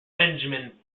benjamin